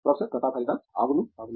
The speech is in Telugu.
ప్రొఫెసర్ ప్రతాప్ హరిదాస్ అవును అవును